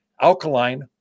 alkaline